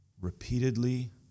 repeatedly